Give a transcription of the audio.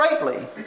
greatly